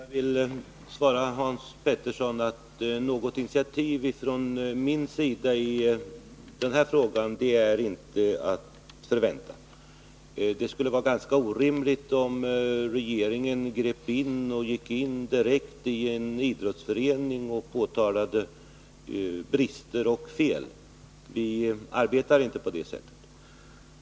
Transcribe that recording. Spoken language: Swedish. Herr talman! Jag vill svara Hans Petersson i Hallstahammar att något initiativ från min sida i den här frågan inte är att förvänta. Det skulle vara ganska orimligt om regeringen grep in — gick in direkt i en idrottsförening och påtalade brister och fel. Vi arbetar inte på det sättet.